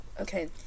Okay